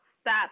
stop